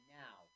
now